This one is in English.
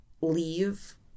leave